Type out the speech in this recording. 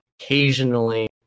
occasionally